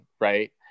right